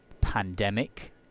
pandemic